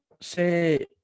say